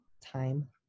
time